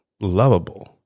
lovable